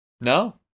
No